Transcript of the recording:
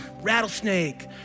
rattlesnake